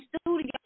studio